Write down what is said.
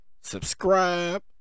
subscribe